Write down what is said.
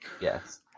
Yes